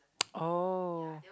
oh